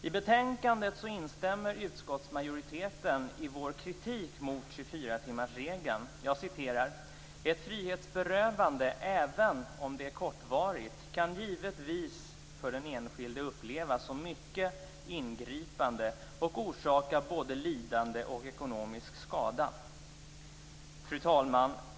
I betänkandet instämmer utskottsmajoriteten i vår kritik av 24 timmarsregeln. Jag citerar: "Ett frihetsberövande, även om det är kortvarigt, kan givetvis för den enskilde upplevas som mycket ingripande och orsaka både lidande och ekonomisk skada." Fru talman!